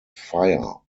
fire